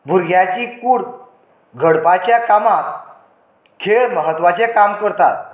भुरग्याची कूड घडपाच्या कामां खेळ म्हत्वाचे काम करतात